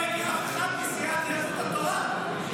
ובטח לא ראיתי אף אחד מסיעת יהדות התורה מגיע,